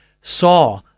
saw